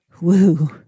Woo